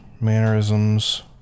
mannerisms